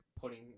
putting